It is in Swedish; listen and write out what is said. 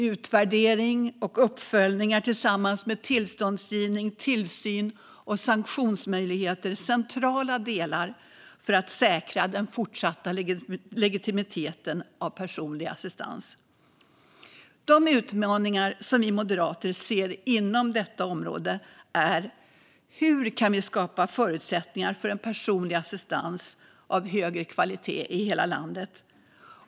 Utvärdering och uppföljning är tillsammans med tillståndsgivning, tillsyn och sanktionsmöjligheter centrala delar för att säkra den fortsatta legitimiteten av personlig assistans. De utmaningar som vi moderater ser inom detta område gäller hur vi kan skapa bästa förutsättningar för en personlig assistans av hög kvalitet i hela landet.